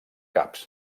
cap